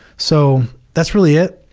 so that's really it.